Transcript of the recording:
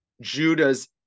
Judah's